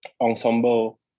ensemble